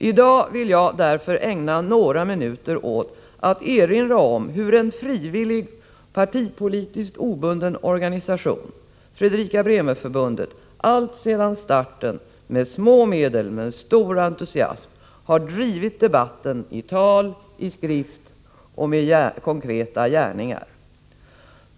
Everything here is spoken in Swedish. I dag vill jag ägna några minuter åt att erinra om hur en frivillig partipolitiskt obunden organisation — Fredrika Bremer-Förbundet — alltsedan starten med små medel men med stor entusiasm har drivit debatten i tal, skrift och med många konkreta gärningar.